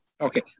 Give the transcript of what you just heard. Okay